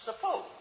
Suppose